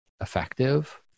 effective